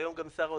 והיום גם שר האוצר,